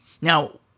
Now